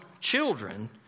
children